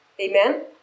Amen